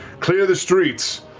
clear the streets.